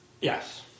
Yes